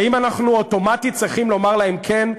האם אנחנו אוטומטית צריכים לומר להם כן?